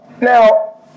now